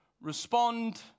respond